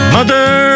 Mother